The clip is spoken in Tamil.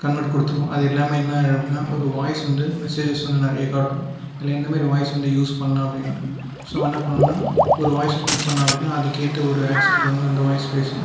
கன்வெர்ட் கொடுத்துடுவான் அது எல்லாமே என்ன ஆகிடும் அப்படினா ஒரு வாய்ஸ் வந்து மெஸேஜஸ் வந்து நிறைய காட்டும் அதில் என்ன மாதிரி வாய்ஸ் வந்து யூஸ் பண்ணலாம் அப்படிண்டு சோ அவன் என்ன பண்ணுவானா ஒரு வாய்ஸை க்ளிக் பண்ணால் அப்படினா அதுக்கேற்ற ஒரு ஆக்ஷனில் வந்து அந்த வாய்ஸ் பேசும்